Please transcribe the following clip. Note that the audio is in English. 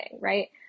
right